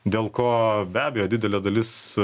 dėl ko be abejo didelė dalis